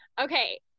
Okay